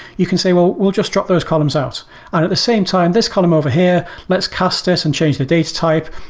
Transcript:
you can say, well, we'll just drop those columns out out at the same time, this column over here, let's cast this and change the data type.